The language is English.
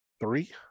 Three